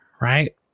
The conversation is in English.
Right